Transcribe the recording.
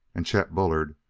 and chet bullard,